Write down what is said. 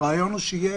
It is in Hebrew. הרעיון הוא שתהיה